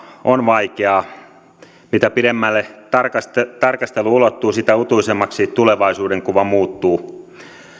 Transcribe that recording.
on vaikeaa mitä pidemmälle tarkastelu tarkastelu ulottuu sitä utuisemmaksi tulevaisuudenkuva muuttuu